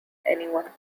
anyone